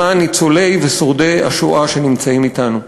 למען ניצולי ושורדי השואה שנמצאים אתנו.